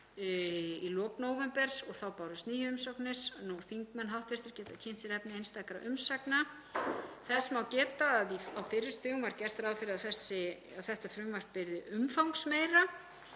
í lok nóvember og þá bárust níu umsagnir. Hv. þingmenn geta kynnt sér efni einstakra umsagna. Þess má geta að á fyrri stigum var gert ráð fyrir að þetta frumvarp yrði umfangsmeira,